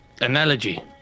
analogy